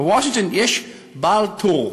בוושינגטון יש בעל טור,